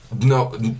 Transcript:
No